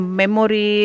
memory